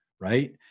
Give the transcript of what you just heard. right